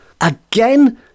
again